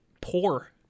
poor